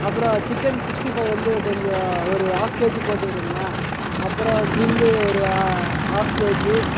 அப்புறம் chicken sixty five வந்து கொஞ்சம் ஒரு ஆஃப் கேஜி போட்டுவிடுங்கண்ணா அப்புறம் க்ரில்லு ஒரு ஆ ஆஃப் கேஜி